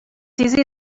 easy